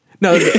No